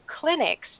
clinics